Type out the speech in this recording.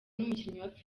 n’umukinnyikazi